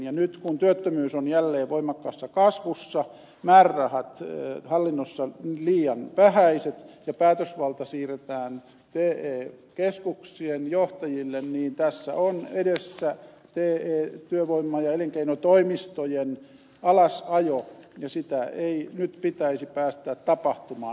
ja nyt kun työttömyys on jälleen voimakkaassa kasvussa määrärahat hallinnossa ovat liian vähäiset ja päätösvalta siirretään te keskuksien johtajille niin tässä on edessä työvoima ja elinkeinotoimistojen alasajo ja sitä ei nyt pitäisi päästää tapahtumaan